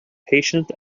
patient